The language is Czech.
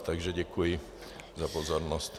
Takže děkuji za pozornost.